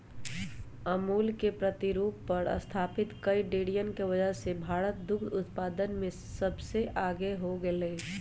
अमूल के प्रतिरूप पर स्तापित कई डेरियन के वजह से भारत दुग्ध उत्पादन में सबसे आगे हो गयलय